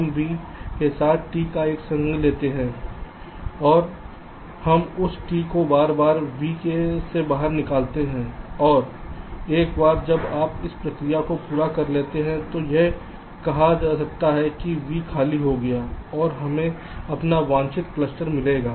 हम V के साथ T का संघ लेते हैं और हम इस T को बार बार V से बाहर निकालते हैं और एक बार जब आप इस प्रक्रिया को पूरा कर लेते हैं तो यह कहा जाता है कि V खाली हो जाएगा और हमें अपना वांछित क्लस्टर मिलेगा